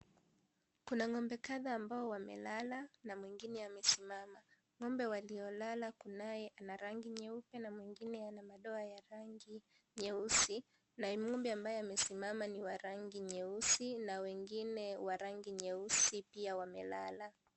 Kuna ng'ombe kadhaa ambao wamelala na mwingine amesimama ng'ombe waliolala kunaye ana rangi nyeupe na mwingine ana madoa ya rangi nyeusi na yule ambaye amesimama ni wa rangi nyeusi na wengine wa rangi nyeusi pia wamelala.